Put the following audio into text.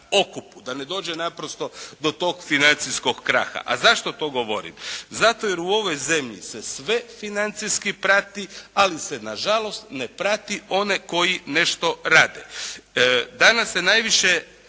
da ne dođe naprosto do tog financijskog kraha. A zašto to govorim? Zato jer u ovoj zemlji se sve financijski prati ali se nažalost ne prati one koji nešto rade.